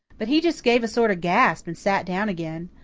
but he just gave a sort of gasp and set down again.